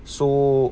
so